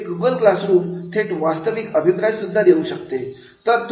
हे Google classroom थेट वास्तविक अभिप्राय सुद्धा देऊ शकते